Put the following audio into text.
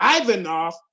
Ivanov